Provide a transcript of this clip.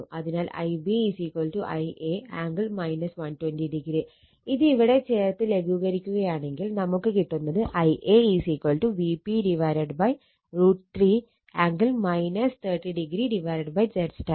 അതിനാൽ Ib Ia angle 120o ഇത് ഇവിടെ ചേർത്ത് ലഘൂകരിക്കുകയാണെങ്കിൽ നമുക്ക് കിട്ടുന്നത് Ia Vp √3 angle 30o ZY എന്നാണ്